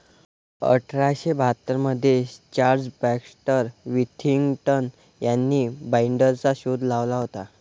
अठरा शे बाहत्तर मध्ये चार्ल्स बॅक्स्टर विथिंग्टन यांनी बाईंडरचा शोध लावला होता